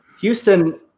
Houston